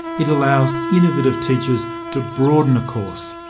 it allows innovative teachers to broaden a course,